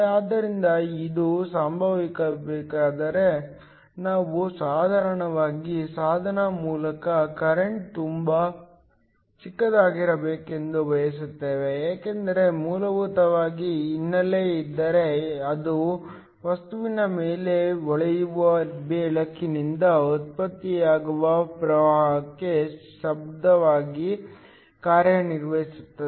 ಆದ್ದರಿಂದ ಇದು ಸಂಭವಿಸಬೇಕಾದರೆ ನಾವು ಸಾಧಾರಣವಾಗಿ ಸಾಧನದ ಮೂಲಕ ಕರೆಂಟ್ ತುಂಬಾ ಚಿಕ್ಕದಾಗಿರಬೇಕೆಂದು ಬಯಸುತ್ತೇವೆ ಏಕೆಂದರೆ ಮೂಲಭೂತವಾಗಿ ಹಿನ್ನೆಲೆ ಇದ್ದರೆ ಅದು ವಸ್ತುವಿನ ಮೇಲೆ ಹೊಳೆಯುವ ಬೆಳಕಿನಿಂದ ಉತ್ಪತ್ತಿಯಾಗುವ ಪ್ರವಾಹಕ್ಕೆ ಶಬ್ದವಾಗಿ ಕಾರ್ಯನಿರ್ವಹಿಸುತ್ತದೆ